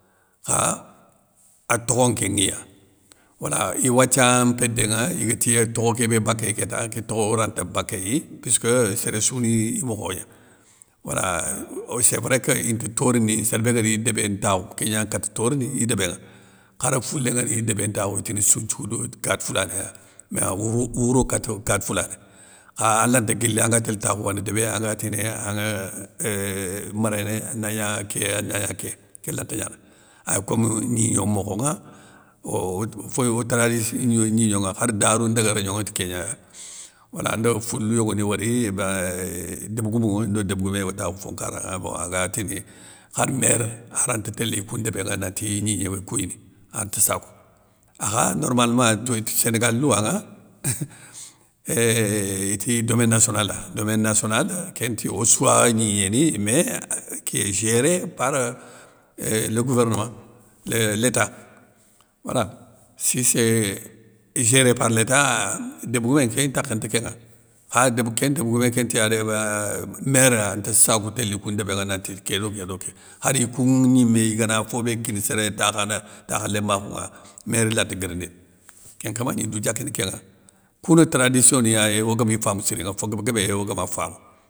Kha ad tokho nké nŋiya, wala i wathia mpédé nŋa, igatiya tokho kébé bakéya kéta kétokho oranta bakéyi puisske séré sou ni imokho gna, waala o sé vrai oy que inti torini, sér bé gari débé ntakhou, kégna nkata torini i débé ŋa, khar foulé ngani i débé ntakhou iti soutoudou kati foulané ya, mé awokhou wouro kati kati foulané, kha alanta guili anga télé takhou wandi débéya angatini eiinn anŋa euuuhh méréné, anagna ké anagna ké, kélanta gnana, ay kom gnigno mokhonŋa, o od féyou o tara yissi gnignonŋa khar darou ndaga régnon ŋa ti kégna wala ndo foulou yogoni wori, ébéinn euuhh déb goumounŋa ndo débgoumé yogo takhou fon nkara bon aga tini khar néré aranti téli koun ndébé ŋanantiy gnigné kouyini, ante sakou akha normalema touwétti sénégali louwanŋa éeeehhh iti domaine nationale a, domaine nationale, kénti ossouwa gnignéni mais ki yé géré par le gouvernement l'état wala. Si sé géré par l'état, débgoumé nkén ntakhé nte kénŋa, kha déb kén débgoumé nkén tiyadé maire ante sakou téli ikoun ndébéŋa nanti ti kédo kédo ké, khari koun gnimé igana fobé kini séré takhana takha lémakhounŋa, maire lanta guirindini, kén nkama gni diu diakini kénŋa,, koune tradission ni ya éeeh ogami famou sirinŋa fo guéb guébé yéy oga ma famou.